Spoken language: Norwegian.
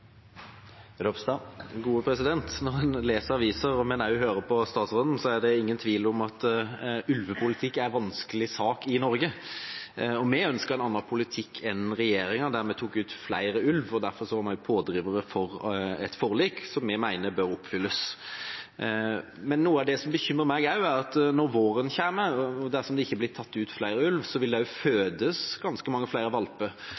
Ropstad – til oppfølgingsspørsmål. Når en leser aviser og hører på statsråden, er det ingen tvil om at ulvepolitikk er en vanskelig sak i Norge. Vi ønsker en annen politikk enn regjeringa, der vi tar ut flere ulv, og derfor var vi pådrivere for et forlik som vi mener bør oppfylles. Men noe av det som også bekymrer meg, er at når våren kommer og det ikke blir tatt ut flere ulv, vil det også fødes ganske mange flere valper.